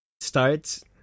starts